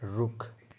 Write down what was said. रुख